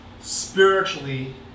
spiritually